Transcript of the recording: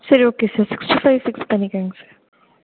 சரி okay sir sixty five fix பண்ணிக்கோங்க sir